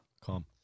calm